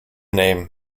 name